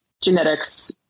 genetics